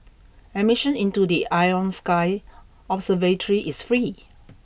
admission into the Ion Sky observatory is free